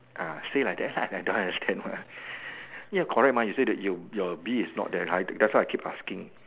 uh say like that ah I don't understand ah ya correct mah you say that you your bee is not there that's why I keep asking